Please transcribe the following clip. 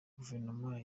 guverinoma